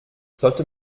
sollte